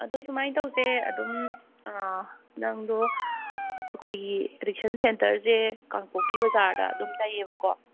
ꯑꯗꯨ ꯁꯨꯃꯥꯏꯅ ꯇꯧꯁꯦ ꯑꯗꯨꯝ ꯅꯪꯗꯣ ꯑꯩꯈꯣꯏꯒꯤ ꯑꯦꯗꯤꯛꯁꯟ ꯁꯦꯟꯇꯔꯁꯦ ꯀꯥꯡꯄꯣꯛꯄꯤ ꯕꯖꯥꯔꯗ ꯑꯗꯨꯝ ꯂꯩꯌꯦꯕꯀꯣ